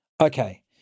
Okay